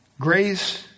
Grace